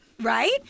Right